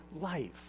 life